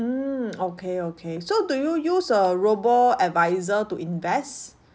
mm okay okay so do you use a robo advisor to invest